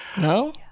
No